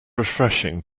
refreshing